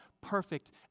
perfect